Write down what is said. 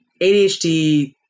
ADHD